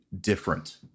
different